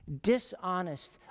dishonest